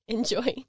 Enjoy